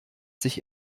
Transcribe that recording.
sich